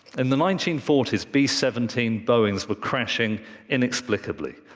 in the nineteen forty s, b seventeen boeings were crashing inexplicably.